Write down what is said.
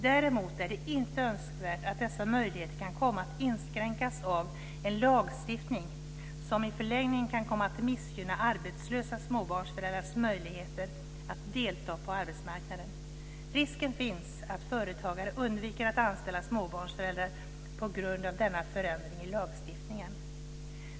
Däremot är det inte önskvärt att dessa möjligheter kan komma att inskränkas av en lagstiftning som i förlängningen kan komma att missgynna arbetslösa småbarnsföräldrars möjligheter att delta på arbetsmarknaden. Risken finns att företagare undviker att anställa småbarnsföräldrar på grund av denna förändring i lagstiftningen.